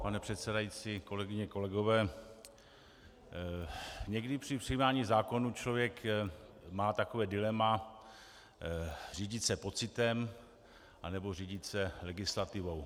Pane předsedající, kolegyně, kolegové, někdy při přijímání zákonů člověk má takové dilema řídit se pocitem, anebo řídit se legislativou.